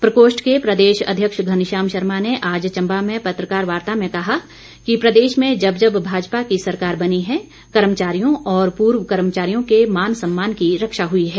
प्रकोष्ठ के प्रदेश अध्यक्ष घनश्याम शर्मा ने आज चम्बा में पत्रकार वार्ता में कहा कि प्रदेश में जब जब भाजपा की सरकार बनी है कर्मचारियों और पूर्व कर्मचारियों के मान सम्मान की रक्षा हुई है